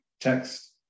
text